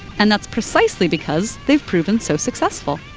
and that's precisely because they've proven so successful.